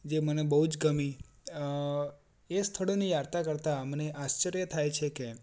જે મને બહુ જ ગમી એ સ્થળોની યાત્રા કરતાં મને આશ્ચર્ય થાય છે કે